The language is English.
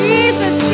Jesus